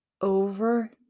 over